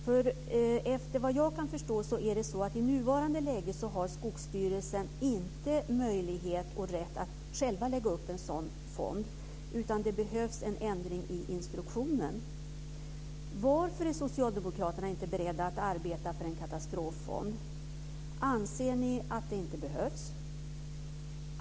Såvitt jag kan förstå har Skogsstyrelsen i nuvarande läge inte möjlighet och rätt att själv lägga upp en sådan fond, utan det behövs en ändring i instruktionen. Varför är socialdemokraterna inte beredda att arbeta för en katastroffond? Anser ni att det inte behövs?